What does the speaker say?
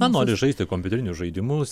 na nori žaisti kompiuterinius žaidimus